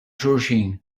xulxin